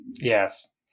Yes